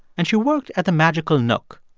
and she worked at the magical nook,